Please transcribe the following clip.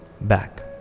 back